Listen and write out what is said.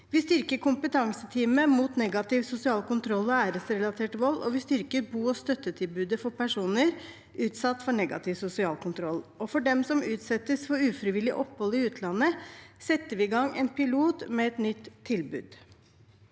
Vi styrker Kompetanseteamet mot negativ sosial kontroll og æresrelatert vold, og vi styrker bo- og støttetilbudet for personer utsatt for negativ sosial kontroll. Og for dem som utsettes for ufrivillig opphold i utlandet, setter vi i gang en pilot med et nytt tilbud.